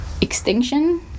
extinction